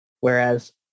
Whereas